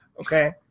okay